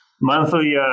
monthly